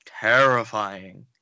terrifying